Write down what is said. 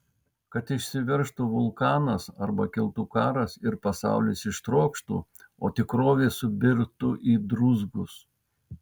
kad išsiveržtų vulkanas arba kiltų karas ir pasaulis ištrokštų o tikrovė subirtų į druzgus